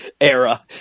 era